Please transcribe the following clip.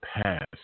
past